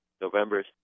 November